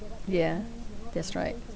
yeah that's right